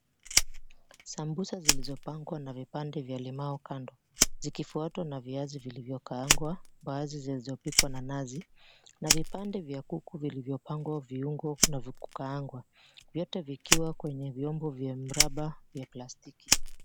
Sambusa zilizopangwa na vipande vya limau kando, zikifuatwa na viazi vilivyo kaangwa, mbaazi zilizopikwa na nazi na vipande vya kuku vilivyopangwa viungo na vikaangwa vyote vikiwa kwenye vyombo vya mraba vya plastiki.